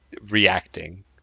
reacting